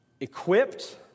equipped